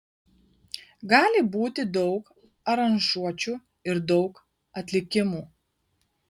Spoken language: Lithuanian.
gali būti daug aranžuočių ir daug atlikimų